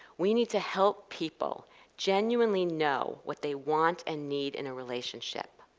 we need to help people genuinely know what they want and need in a relationship.